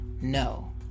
no